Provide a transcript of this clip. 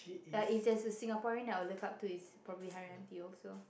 ya if there is a Singaporean that I will look up to it's probably Haryanti also